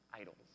idols